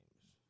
games